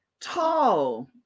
tall